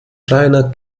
reiner